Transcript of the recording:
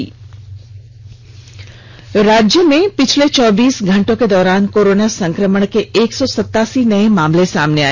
corona संक्रमण राज्य में पिछले चौबीस घंटे के दौरान कोरोना संक्रमण के एक सौ सतासी नए मामले सामने आए